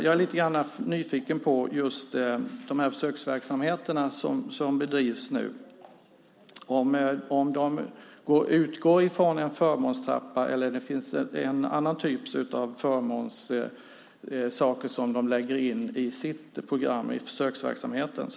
Jag är dock lite nyfiken på de försöksverksamheter som nu bedrivs, om de utgår från en förmånstrappa eller om det finns någon annan typ av förmåner som läggs in i programmet i försöksverksamheten.